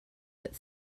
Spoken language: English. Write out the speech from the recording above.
but